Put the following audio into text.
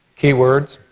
keywords,